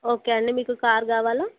okay అండి మీకు car కావాలా